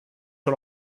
sur